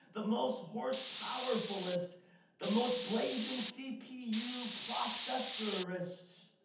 the most horse powerful-est, the most blazing cpu processor-est.